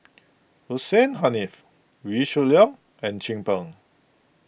Hussein Haniff Wee Shoo Leong and Chin Peng